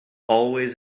always